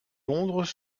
londres